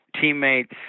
teammates